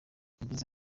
yagize